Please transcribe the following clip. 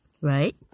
Right